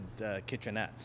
kitchenettes